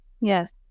Yes